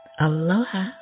Aloha